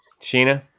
Sheena